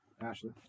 Ashley